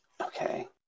Okay